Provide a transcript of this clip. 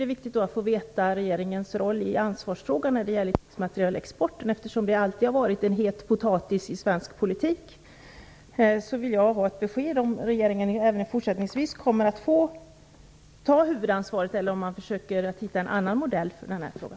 Det är viktigt att få veta regeringens roll i ansvarsfrågan när det gäller krigsmaterielexporten. Eftersom den alltid har varit en het potatis i svensk politik, vill jag ha ett besked om ifall regeringen även fortsättningsvis kommer att ta huvudansvaret eller om man försöker att finna en annan modell för denna fråga.